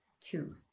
Two